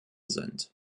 sind